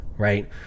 right